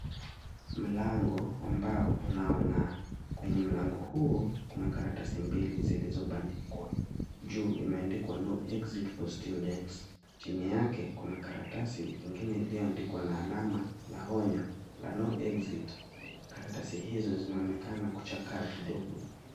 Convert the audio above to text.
Mlango wa mbao unaong'a kwenye mlango huo kuna karatasi mbili zilizobandikwa. Juu imeandikwa no exit for students, chini yake kuna karatasi ingine iliyoandikwa na alama la onyo la no exit. Karatasi hizo zinaonekana kuchakaa kidogo.